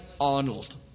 Arnold